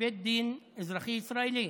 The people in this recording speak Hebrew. בבית דין אזרחי ישראלי.